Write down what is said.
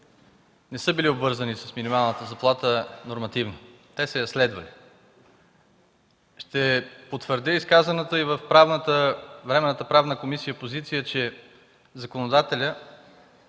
не са били обвързани с минималната заплата нормативно, те са я следвали. Ще потвърдя изказаната във Временната правна комисия позиция, че законодателят